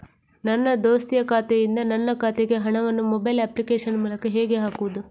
ನನ್ನ ದೋಸ್ತಿಯ ಖಾತೆಯಿಂದ ನನ್ನ ಖಾತೆಗೆ ಹಣವನ್ನು ಮೊಬೈಲ್ ಅಪ್ಲಿಕೇಶನ್ ಮೂಲಕ ಹೇಗೆ ಹಾಕುವುದು?